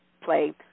play